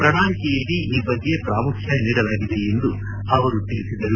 ಪ್ರಣಾಳಿಕೆಯಲ್ಲಿ ಈ ಬಗ್ಗೆ ಪ್ರಾಮುಖ್ಯ ನೀಡಲಾಗಿದೆ ಎಂದು ಅವರು ತಿಳಿಸಿದರು